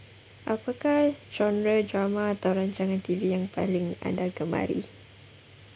apakah genre drama atau rancangan T_V yang paling anda gemari